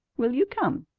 will you come?